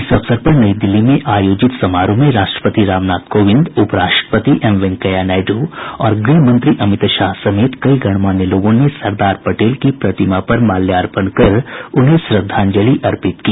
इस अवसर पर नई दिल्ली में आयोजित समारोह में राष्ट्रपति रामनाथ कोविंद उप राष्ट्रपति एम वेंकैया नायडू और गृह मंत्री अमित शाह समेत कई गणमान्य लोगों ने सरदार पटेल की प्रतिमा पर माल्यार्पण कर उन्हें श्रद्धांजलि अर्पित की